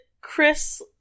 Chris